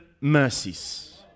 mercies